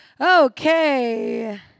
Okay